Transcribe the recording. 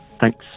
Thanks